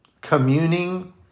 communing